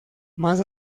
más